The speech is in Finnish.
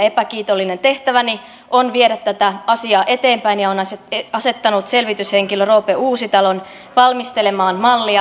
epäkiitollinen tehtäväni on viedä tätä asiaa eteenpäin ja olen asettanut selvityshenkilön roope uusitalon valmistelemaan mallia